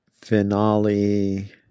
finale